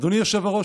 אדוני היושב-ראש,